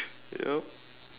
yup